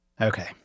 Okay